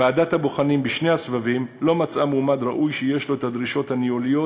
ועדת הבוחנים בשני הסבבים לא מצאה מועמד ראוי שעמד בדרישות הניהוליות